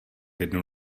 jednu